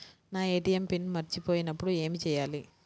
నా ATM pin మరచిపోయినప్పుడు ఏమి చేయాలి?